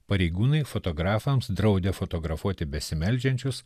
pareigūnai fotografams draudė fotografuoti besimeldžiančius